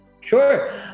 Sure